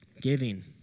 giving